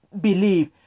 believe